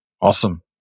Awesome